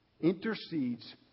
intercedes